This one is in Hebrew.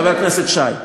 חבר הכנסת שי.